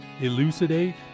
elucidate